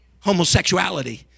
homosexuality